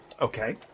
Okay